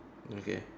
okay